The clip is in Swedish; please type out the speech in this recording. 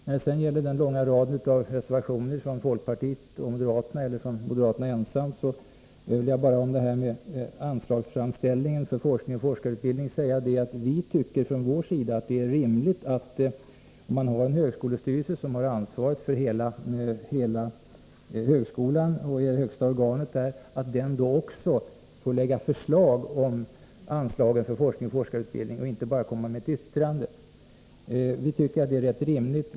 När det sedan gäller den långa raden av reservationer från folkpartiet och moderaterna eller från moderaterna ensamma vill jag bara om anslagsframställning för forskare och forskarutbildning säga att vi tycker från vår sida att om man har en högskolestyrelse som har ansvaret för hela högskolan och är högsta organ där, så är det rimligt att den också får lägga fram förslag om anslag till forskare och forskarutbildning och inte bara yttra sig. Vi tycker som sagt att det är rätt rimligt.